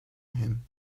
him